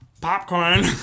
popcorn